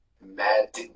mad